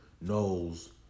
knows